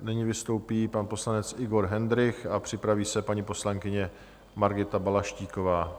Nyní vystoupí pan poslanec Igor Hendrych a připraví se paní poslankyně Margita Balaštíková.